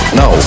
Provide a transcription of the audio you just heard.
no